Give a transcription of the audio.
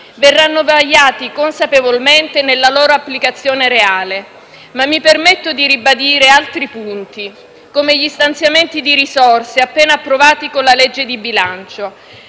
verranno vagliati consapevolmente nella loro applicazione reale. Mi permetto di ribadire altri punti, come gli stanziamenti di risorse appena approvati con la legge di bilancio;